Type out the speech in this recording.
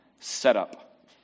setup